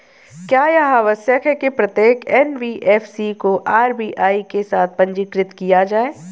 क्या यह आवश्यक है कि प्रत्येक एन.बी.एफ.सी को आर.बी.आई के साथ पंजीकृत किया जाए?